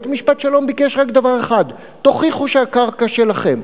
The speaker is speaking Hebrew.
בית-משפט השלום ביקש רק דבר אחד: תוכיחו שהקרקע שלכם.